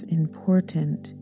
important